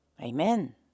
Amen